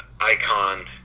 icon